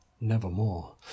nevermore